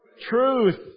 truth